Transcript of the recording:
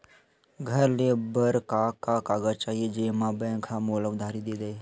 घर ले बर का का कागज चाही जेम मा बैंक हा मोला उधारी दे दय?